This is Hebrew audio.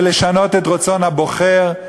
ולשנות את רצון הבוחר.